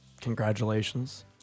Congratulations